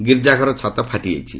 ଗୀର୍ଜାଘର ଛାତ ଫାଟି ଯାଇଛି